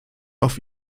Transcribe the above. auf